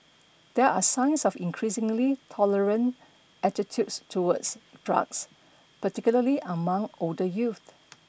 there are signs of increasingly tolerant attitudes towards drugs particularly among older youth